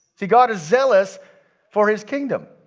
see, god is zealous for his kingdom.